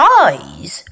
eyes